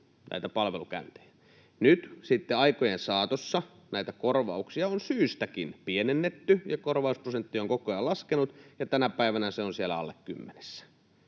Nyt sitten aikojen saatossa näitä korvauksia on syystäkin pienennetty, ja korvausprosentti on koko ajan laskenut, ja tänä päivänä se on siellä alle kymmenessä,